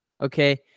Okay